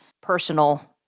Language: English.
personal